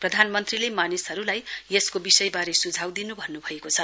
प्रधानमन्त्रीले मानिसहरूलाई यसको विषयबारे सुझाव दिनु भएको छ